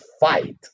fight